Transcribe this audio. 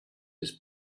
his